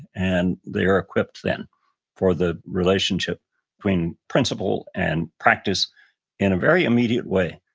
and they are equipped then for the relationship between principle and practice in a very immediate way.